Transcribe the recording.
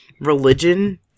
religion